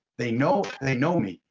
they know and they know me,